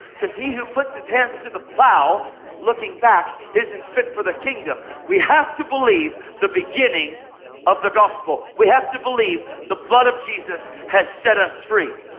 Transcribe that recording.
because he who puts his hands to the plow looking back isn't fit for the kingdom. we have to believe the beginning of the gospel. we have to believe the blood of jesus has set us free.